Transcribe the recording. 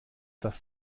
das